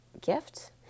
gift